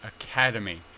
Academy